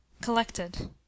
collected